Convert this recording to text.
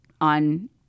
on